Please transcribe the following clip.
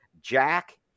Jack